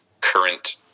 current